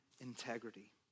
integrity